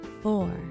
four